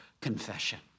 confession